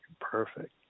perfect